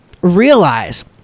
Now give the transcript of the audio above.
realize